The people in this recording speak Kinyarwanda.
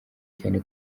cyane